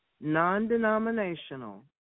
non-denominational